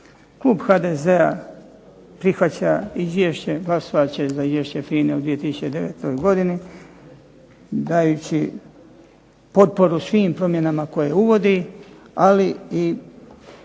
Klub HDZ-a prihvaća izvješće, glasovat će za Izvješće FINA-e u 2009. godini dajući potporu svim promjenama koje uvodi, ali i